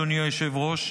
אדוני היושב-ראש,